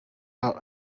out